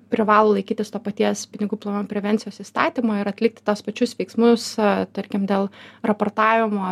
privalo laikytis to paties pinigų plovimo prevencijos įstatymo ir atlikti tuos pačius veiksmus tarkim dėl raportavimo